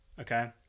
Okay